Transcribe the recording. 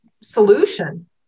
solution